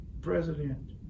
president